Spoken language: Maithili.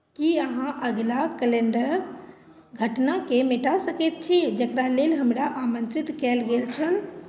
की अहाँ अगिला कैलेन्डर घटनाकेँ मेटा सकैत छी जकरा लेल हमरा आमन्त्रित कयल गेल छल